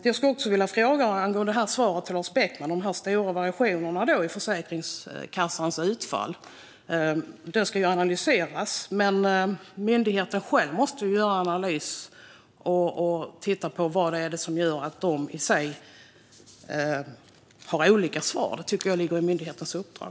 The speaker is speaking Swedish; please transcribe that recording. Jag vill också fråga, apropå svaret till Lars Beckman, om de stora variationerna i Försäkringskassans utfall. Dessa ska analyseras, men myndigheten själv måste ju göra en analys och titta på vad som gör att de har olika svar. Det tycker jag ligger i myndighetens uppdrag.